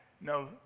no